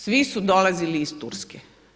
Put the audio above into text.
Svi su dolazili iz Turske.